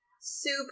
Soup